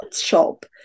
shop